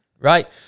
right